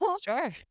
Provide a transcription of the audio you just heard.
sure